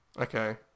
Okay